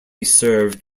served